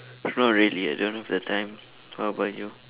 not really I don't have the time what about you